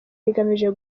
rigamije